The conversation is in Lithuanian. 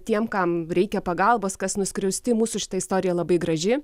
tiem kam reikia pagalbos kas nuskriausti mūsų šita istorija labai graži